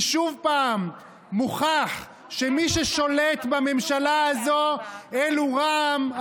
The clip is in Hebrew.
כי שוב מוכח שמי ששולטים בממשלה הזו אלו רע"מ,